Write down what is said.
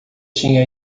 tinha